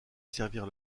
servir